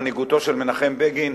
תחת מנהיגותו של מנחם בגין,